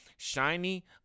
Shiny